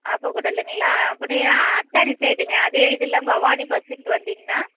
ஆப்ப குடலுங்களா அப்படியே அத்தானி சைடுங்க அதே இதில் பவாணி பஸ்ஸுன்ட்டு வந்திங்கன்னா